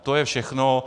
To je všechno.